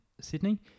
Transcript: Sydney